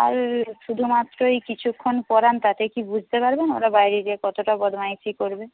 আর শুধুমাত্রই কিছুক্ষণ পড়ান তাতেই কি বুঝতে পারবেন ওরা বাইরে গিয়ে কতটা বদমাইশি করবে